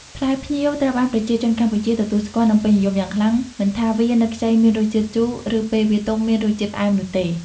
ផ្លែផ្ញៀវត្រូវបានប្រជាជនកម្ពុជាទទួលស្គាល់ និងពេញនិយមយ៉ាងខ្លាំង មិនថាវានៅខ្ចីមានរសជាតិជូរ ឬពេលវាទុំមានរសជាតិផ្អែមនោះទេ។